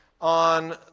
on